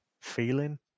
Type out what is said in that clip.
feeling